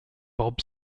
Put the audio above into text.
bob